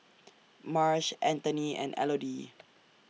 Marsh Antony and Elodie